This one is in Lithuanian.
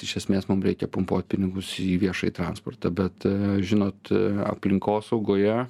iš esmės mum reikia pumpuot pinigus į viešąjį transportą bet žinot aplinkosaugoje